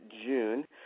June